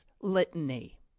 litany